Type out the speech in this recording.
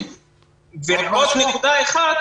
עוד נקודה אחת